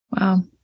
Wow